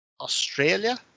australia